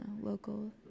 Local